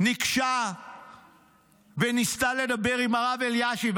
ניגשה וניסתה לדבר עם הרב אלישיב,